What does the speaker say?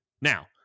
Now